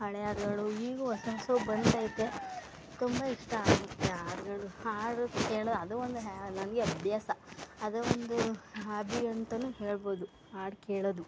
ಹಳೆ ಹಾಡ್ಗಳು ಈಗೂ ಹೊಸ ಹೊಸವು ಬಂದೈತೆ ತುಂಬ ಇಷ್ಟ ಆಗುತ್ತೆ ಹಾಡ್ಗಳು ಹಾಡು ಕೇಳೋ ಅದೂ ಒಂದು ಹ್ಯಾ ನನಗೆ ಅಭ್ಯಾಸ ಅದು ಒಂದು ಹಾಬಿ ಅಂತಲೂ ಹೇಳ್ಬೋದು ಹಾಡು ಕೇಳೋದು